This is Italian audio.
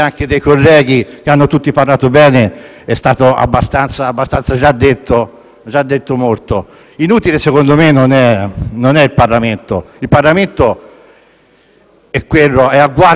già detto molto. Inutile, secondo me, non è il Parlamento, che è a guardia della nostra democrazia, come lo è *in primis* il Presidente della Repubblica. Inutile, secondo me, è ben altro: